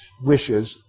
wishes